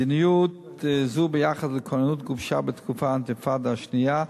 מדיניות זו ביחס לכוננות גובשה בתקופת האינתיפאדה השנייה,